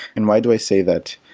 and why do i say that?